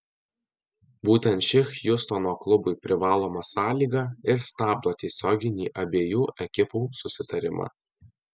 būtent ši hjustono klubui privaloma sąlyga ir stabdo tiesioginį abiejų ekipų susitarimą